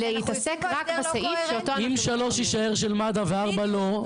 להתעסק רק בסעיף שאותו אנחנו --- אם 3 יישאר של מד"א ו-4 לא,